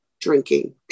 drinking